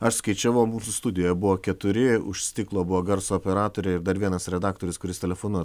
aš skaičiavau mūsų studijoje buvo keturi už stiklo buvo garso operatoriai ir dar vienas redaktorius kuris telefonu